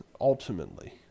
ultimately